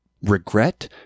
regret